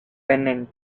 pennant